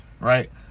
Right